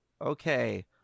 Okay